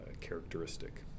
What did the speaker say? characteristic